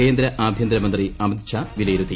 കേന്ദ്ര ആഭ്യന്തരമന്ത്രി അമിത്ഷാ വിലയിരുത്തി